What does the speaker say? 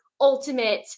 ultimate